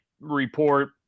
report